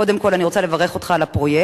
קודם כול, אני רוצה לברך אותך על הפרויקט,